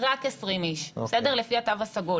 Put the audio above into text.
30 בחוץ.